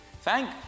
Thank